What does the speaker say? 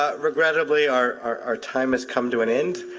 ah regrettably, our time has come to an end,